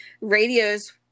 Radios